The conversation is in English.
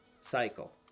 cycle